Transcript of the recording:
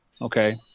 okay